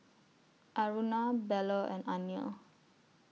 Aruna Bellur and Anil